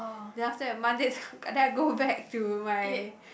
then after that Monday then I go back to my